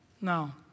Now